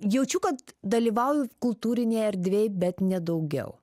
jaučiu kad dalyvauju kultūrinėj erdvėj bet nedaugiau